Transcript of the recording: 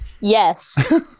Yes